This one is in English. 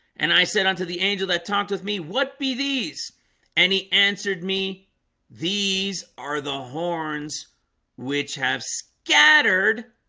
and i said unto the angel that talked with me what be these and he answered me these are the horns which have scattered?